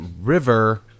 River